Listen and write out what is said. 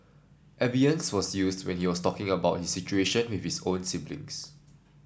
Abeyance was used when he was talking about his situation with his own siblings